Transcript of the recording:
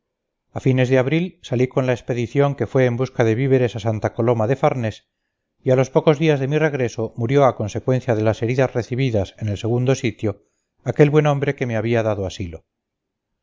a fines de abril salí con la expedición que fue en busca de víveres a santa coloma de farnés y a los pocos días de mi regreso murió a consecuencia de las heridas recibidas en el segundo sitio aquel buen hombre que me había dado asilo